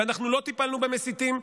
ואנחנו לא טיפלנו במסיתים,